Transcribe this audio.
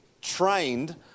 trained